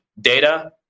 data